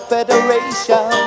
Federation